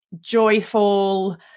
joyful